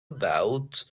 about